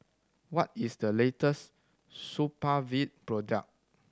what is the latest Supravit product